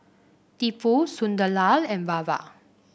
Tipu Sunderlal and Baba